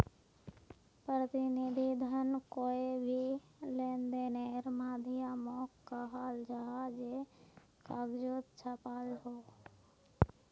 प्रतिनिधि धन कोए भी लेंदेनेर माध्यामोक कहाल जाहा जे कगजोत छापाल हो